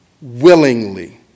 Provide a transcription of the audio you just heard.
willingly